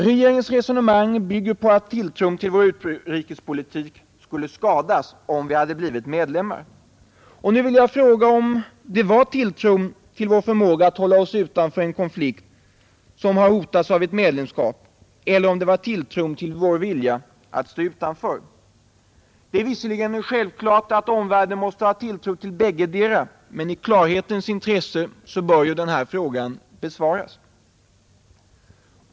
Regeringens resonemang bygger på att tilltron till vår utrikespolitik skulle skadas, om vi hade blivit medlemmar. Nu vill jag fråga om det var tilltron till vår förmåga att hålla oss utanför en konflikt som har hotats av ett medlemskap eller om det var tilltron till vår vilja att stå utanför. Det är visserligen självklart att omvärlden måste ha tilltro till bäggedera, men i klarhetens intresse bör denna fråga besvaras.